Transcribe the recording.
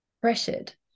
pressured